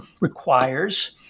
requires